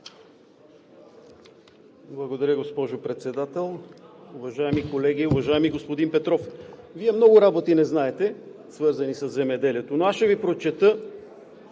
Благодаря, госпожо Председател. Уважаеми колеги! Уважаеми господин Петров, Вие много работи не знаете, свързани със земеделието, но аз ще Ви прочета